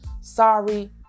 Sorry